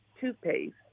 toothpaste